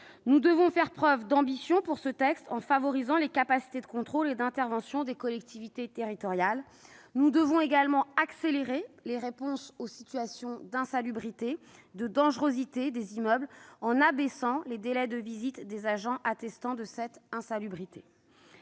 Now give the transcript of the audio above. Nous devons faire preuve d'ambition pour ce texte en favorisant les capacités de contrôle et d'intervention des collectivités territoriales. Nous devons aussi accélérer les réponses aux situations d'insalubrité et de dangerosité des immeubles en abaissant les délais de visite des agents attestant de l'insalubrité.